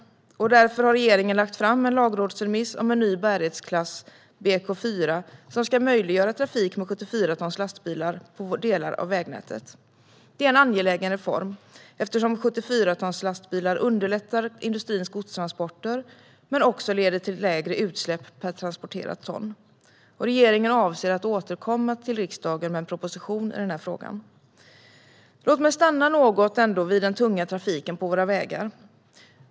Därför har regeringen lagt fram en lagrådsremiss om en ny bärighetsklass, BK4, vilket ska möjliggöra trafik med 74-tonslastbilar i delar av vägnätet. Det är en angelägen reform, eftersom 74-tonslastbilar underlättar industrins godstransporter och leder till lägre utsläpp per transporterat ton. Regeringen avser att återkomma till riksdagen med en proposition i den här frågan. Låt mig stanna något vid den tunga trafiken på våra vägar!